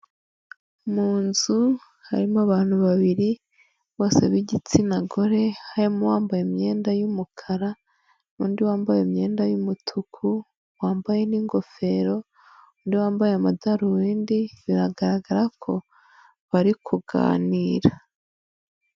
Mu nzu harimo abantu babiri bose bigitsina gore. harimo uwambaye imyenda y'umukara, n'undi wambaye imyenda y'umutuku wambaye n'ingofero undi wambaye amadarubindi biragaragara ko bari kuganira.